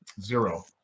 Zero